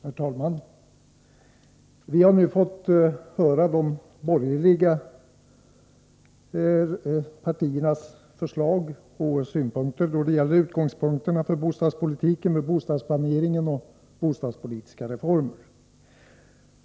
Herr talman! Vi har nu fått höra de borgerliga partiernas förslag och synpunkter då det gäller utgångspunkterna för bostadspolitiken, bostadsplaneringen och bostadspolitiska reformer.